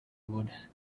would